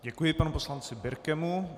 Děkuji panu poslanci Birkemu.